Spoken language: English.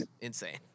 insane